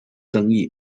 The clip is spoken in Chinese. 争议